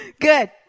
good